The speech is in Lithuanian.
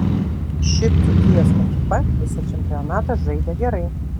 ši dzūkijos ekipa visą čempionatą žaidė gerai